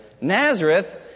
Nazareth